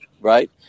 Right